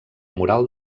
moral